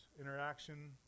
interaction